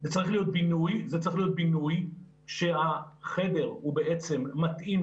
זה צריך להיות בינוי שהחדר בעצם מתאים,